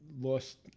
lost